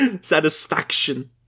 Satisfaction